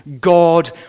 God